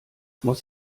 muss